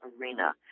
arena